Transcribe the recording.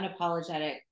unapologetic